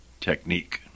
technique